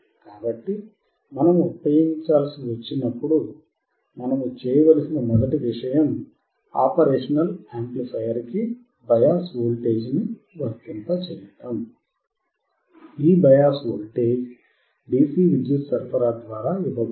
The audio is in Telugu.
కాబట్టి మనము ఉపయోగించాల్సి వచ్చినప్పుడు మనం చేయవలసిన మొదటి విషయం ఆపరేషనల్ యాంప్లిఫైయర్ కి బయాస్ వోల్టేజ్ను వర్తింపచేయడం ఈ బయాస్ వోల్టేజ్ DC విద్యుత్ సరఫరా ద్వారా ఇవ్వబడుతుంది